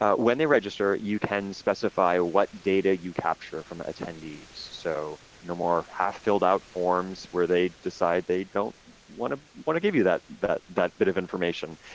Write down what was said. ah when they register you can specify what data you capture from attendees. so no more of half filled out forms where they decide they don't wanna give you that, that that bit of information.